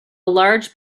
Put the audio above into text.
large